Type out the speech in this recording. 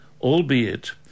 albeit